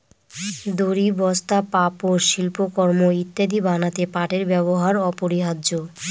দড়ি, বস্তা, পাপোষ, শিল্পকর্ম ইত্যাদি বানাতে পাটের ব্যবহার অপরিহার্য